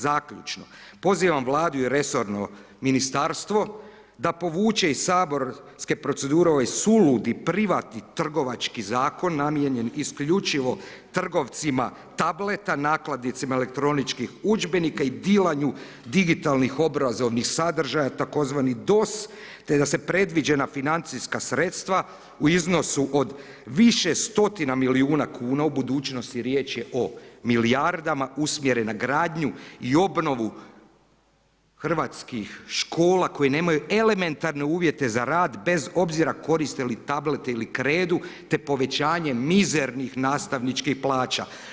Zaključno, pozivam Vladu i resorno ministarstvo da povuče iz saborske procedure ovaj suludi privatni trgovački zakon namijenjen isključivo trgovcima tableta nakladnicima elektroničkih udžbenika i dilanju digitalnih obrazovnih sadržaja tzv. DOS te da se predviđena financijska sredstva u iznosu od više stotina milijuna kuna u budućnosti riječ je o milijardama usmjere na gradnju i obnovu hrvatskih škola koje nemaju elementarne uvjete za rad bez obzira koriste li tablete ili kredu te povećanje mizernih nastavničkih plaća.